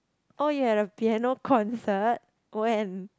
oh you had a piano concert when